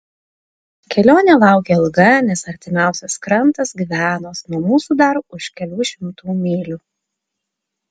kelionė laukia ilga nes artimiausias krantas gvianos nuo mūsų dar už kelių šimtų mylių